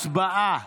הצבעה.